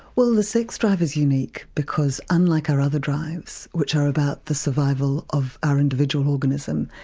well the sex drive is unique because, unlike our other drives which are about the survival of our individual organism,